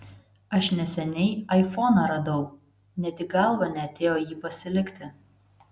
aš neseniai aifoną radau net į galvą neatėjo jį pasilikti